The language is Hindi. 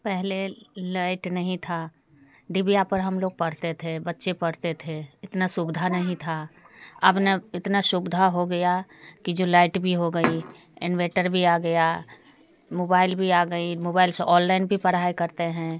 पहले लाइट नहीं था डिबिया पर हम लोग पढ़ते थे बच्चे पढ़ते थे इतना सुविधा नहीं था अब ना इतना सुविधा हो गया कि जो लाइट भी हो गई इनवेटर भी आ गया मोबाइल भी आ गई मोबाइल से ऑनलाइन भी पढ़ाई करते हैं